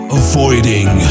avoiding